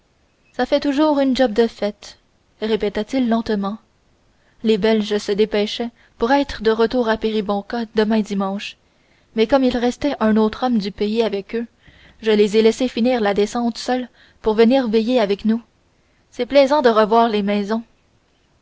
ça fait toujours une job de faite répéta-t-il lentement les belges se dépêchaient pour être de retour à péribonka demain dimanche mais comme il restait un autre homme du pays avec eux je les ai laissés finir la descente seuls pour venir veiller avec vous c'est plaisant de revoir les maisons